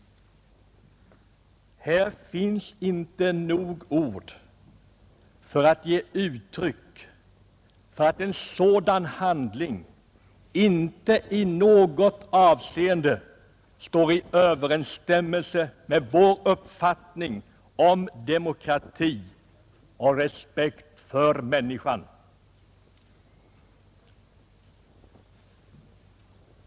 Här finns inte nog ord för att ge uttryck för att en sådan handling inte i något avseende står i överensstämmelse med vår uppfattning om demokrati och respekt för människan.